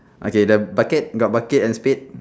okay the bucket got bucket and spade